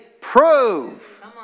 prove